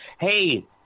hey